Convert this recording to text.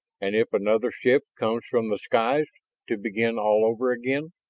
and if another ship comes from the skies to begin all over again?